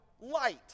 light